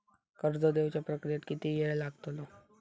कर्ज देवच्या प्रक्रियेत किती येळ लागतलो?